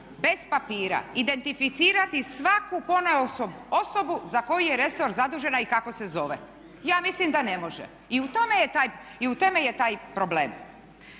bez papira identificirati svaku ponaosob osobu za koji je resor zadužena i kako se zove. Ja mislim da ne može. I u tome je taj problem.